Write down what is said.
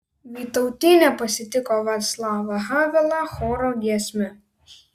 vytautinė pasitiko vaclavą havelą choro giesme